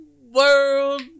world